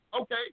okay